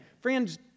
Friends